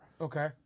Okay